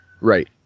Right